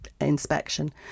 inspection